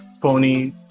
pony